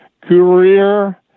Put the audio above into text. career